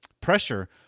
pressure